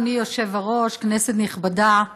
אדוני היושב-ראש, כנסת נכבדה,